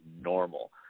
normal